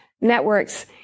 networks